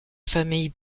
famille